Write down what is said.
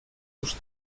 uste